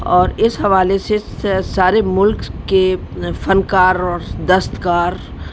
اور اس حوالے سے سارے ملک کے فنکار اور دستکار